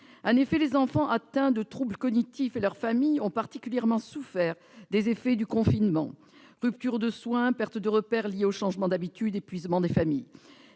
En effet, les enfants atteints de troubles cognitifs et leurs familles ont particulièrement souffert des effets du confinement- rupture de soins, perte de repères liée aux changements d'habitude, épuisement des familles